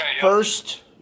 first